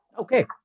Okay